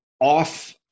off-